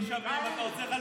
אתה עושה איזון